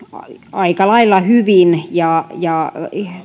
aika lailla hyvin ja ja